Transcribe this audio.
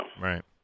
right